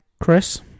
Chris